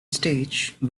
stage